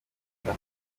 sita